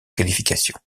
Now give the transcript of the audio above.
qualifications